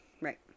Right